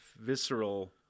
visceral